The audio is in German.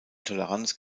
toleranz